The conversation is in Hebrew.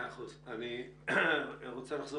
חבר הכנסת